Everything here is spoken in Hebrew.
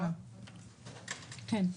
כן.